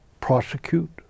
prosecute